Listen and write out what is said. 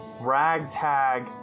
ragtag